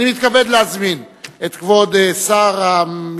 אני מתכבד להזמין את כבוד שר התעשייה,